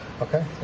Okay